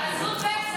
עזות המצח.